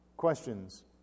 Questions